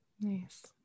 Nice